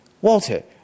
Walter